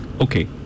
Okay